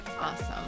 Awesome